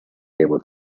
able